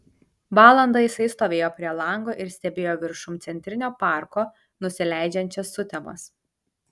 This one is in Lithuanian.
valandą jisai stovėjo prie lango ir stebėjo viršum centrinio parko nusileidžiančias sutemas